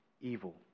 evil